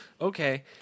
okay